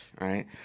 right